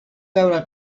veure